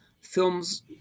films